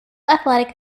athletic